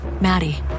Maddie